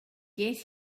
get